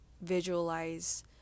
visualize